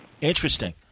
Interesting